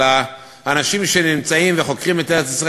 אלא אנשים שנמצאים וחוקרים את ארץ-ישראל